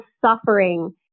suffering